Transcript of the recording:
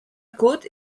côte